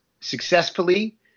successfully